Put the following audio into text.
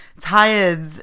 tired